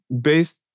based